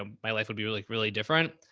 um my life would be really, really different.